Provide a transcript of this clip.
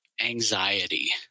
anxiety